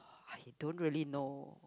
I don't really know